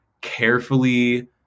carefully